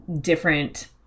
different